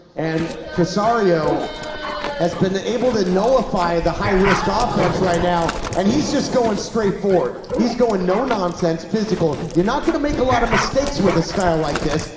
and trissario has been able to nullify the high-risk ah offense right now, and he's just going straight for it. he's going no non-sense physical, you're not gonna make a lot of mistakes with a style like this,